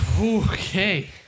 Okay